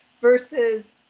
versus